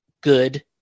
good